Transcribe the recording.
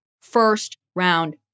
first-round